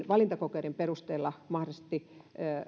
valintakokeet ja näiden perusteella mahdollisesti